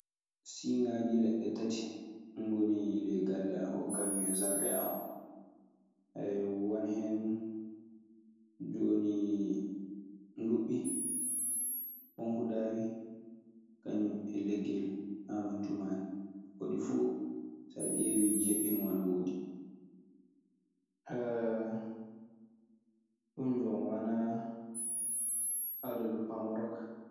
Si ngaji ledde tati goni ley gale am o, kanium et jardin am. won hen jonii nduɓe, pokkudayi kanium e legel amadu tumani. Koye fu so a diewi joyi maji ana ngodi. ɗum jooni wonaa adadu amorok.